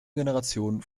generation